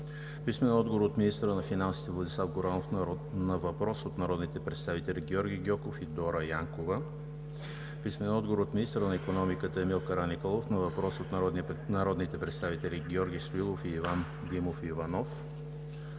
писмен отговор от министъра на финансите Владислав Горанов на въпрос от народните представители Георги Гьоков и Дора Янкова; - министъра на икономиката Емил Караниколов на въпрос от народните представители Георги Стоилов и Иван Димов Иванов;